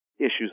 issues